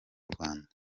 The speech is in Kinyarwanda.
rwanda